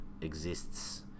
exists